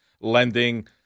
lending –